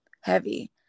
Heavy